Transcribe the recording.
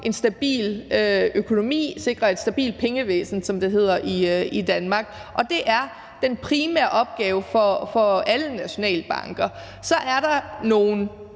en stabil økonomi, sikre et stabilt pengevæsen, som det hedder i Danmark. Det er den primære opgave for alle nationalbanker. Så er der nogle